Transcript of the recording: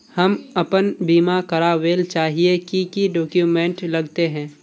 हम अपन बीमा करावेल चाहिए की की डक्यूमेंट्स लगते है?